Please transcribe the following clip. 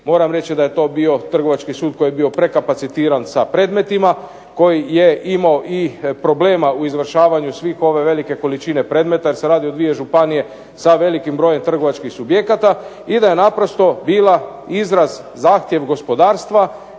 moram reći da je to bio trgovački sud koji je bio prekapacitiran s predmetima, koji je imao i problema u izvršavanju svih, ove velike količine predmeta, jer se radi o dvije županije sa velikim brojem trgovačkih subjekata, i da je to naprosto bila izraz zahtjev gospodarstva,